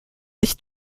nicht